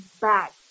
back